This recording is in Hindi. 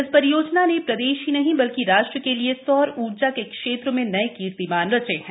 इस परियोजना ने प्रदेश ही नहीं बल्कि राष्ट्र के लिए सौर ऊर्जा के क्षेत्र में नए कीर्तिमान रचे हैं